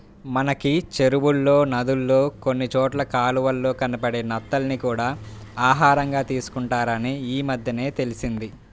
మనకి చెరువుల్లో, నదుల్లో కొన్ని చోట్ల కాలవల్లో కనబడే నత్తల్ని కూడా ఆహారంగా తీసుకుంటారని ఈమద్దెనే తెలిసింది